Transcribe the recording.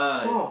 soft